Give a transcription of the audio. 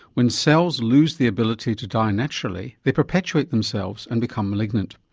when cells lose the ability to die naturally they perpetuate themselves and become malignant.